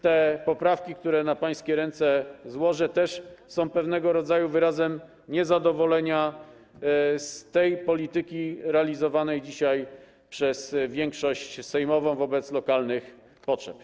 Te poprawki, które na pańskie ręce złożę, też są pewnego rodzaju wyrazem niezadowolenia z tej polityki realizowanej dzisiaj przez większość sejmową wobec lokalnych potrzeb.